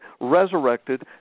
resurrected